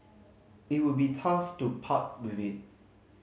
it would be tough to part with it